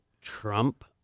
Trump